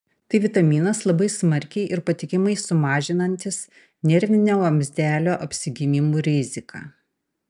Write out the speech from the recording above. tai vitaminas labai smarkiai ir patikimai sumažinantis nervinio vamzdelio apsigimimų riziką